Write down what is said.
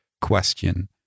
question